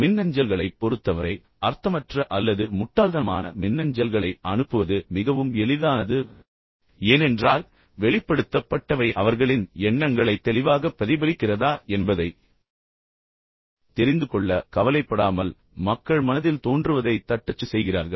மின்னஞ்சல்களைப் பொறுத்தவரை அர்த்தமற்ற அல்லது முட்டாள்தனமான மின்னஞ்சல்களை அனுப்புவது மிகவும் எளிதானது ஏனென்றால் வெளிப்படுத்தப்பட்டவை அவர்களின் எண்ணங்களைத் தெளிவாகப் பிரதிபலிக்கிறதா என்பதைத் தெரிந்துகொள்ள கவலைப்படாமல் மக்கள் மனதில் தோன்றுவதைத் தட்டச்சு செய்கிறார்கள்